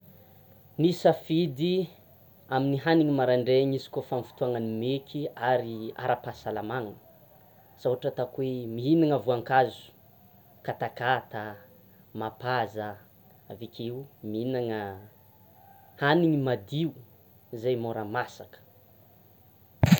Ny safidy amin'ny haniny marandraigny izy koa fa amin'ny fotoanan'ny mety ary ny ara-pahasalamana asa ohatra ataoko hoe: mihinana voankazo; katakata, mapaza, avekeo mihinana hanina madio, izay mora masaka.